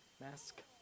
Mask